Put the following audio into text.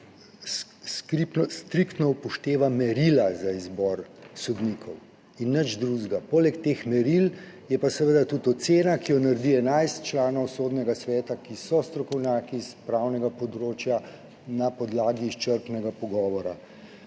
striktno upošteva merila za izbor sodnikov in nič drugega. Poleg teh meril je pa seveda tudi ocena, ki jo naredi 11 članov Sodnega sveta, ki so strokovnjaki s pravnega področja, na podlagi izčrpnega pogovora.